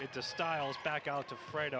it just styles back out to right